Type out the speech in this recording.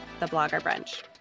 thebloggerbrunch